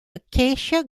acacia